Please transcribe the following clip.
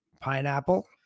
pineapple